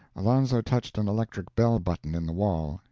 alonzo touched an electric bell button in the wall.